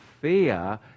fear